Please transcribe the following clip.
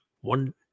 one